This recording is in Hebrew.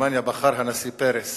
בגרמניה בחר הנשיא פרס